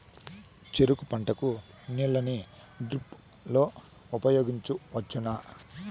చెరుకు పంట కు నీళ్ళని డ్రిప్ లో ఉపయోగించువచ్చునా?